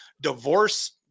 divorce